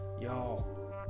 y'all